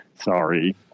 Sorry